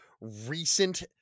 recent